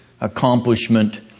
accomplishment